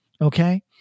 Okay